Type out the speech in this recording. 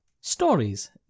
stories